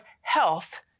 health